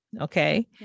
Okay